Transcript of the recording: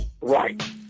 Right